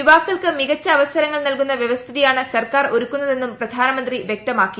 യുവാക്കൾക്ക് മികച്ച അവസരങ്ങൾ നൽകുന്ന വൃവസ്ഥിതിയാണ് സർക്കാർ ഒരുക്കുന്നതെന്നും പ്രധാനമന്ത്രി വൃക്തമാക്കി